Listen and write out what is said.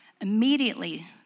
Immediately